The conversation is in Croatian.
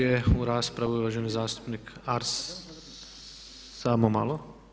je u raspravi uvaženi zastupnik Arsen … [[Upadica se ne razumije.]] Samo malo.